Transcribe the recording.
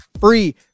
free